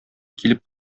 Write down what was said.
килеп